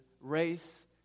race